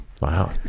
Wow